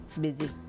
busy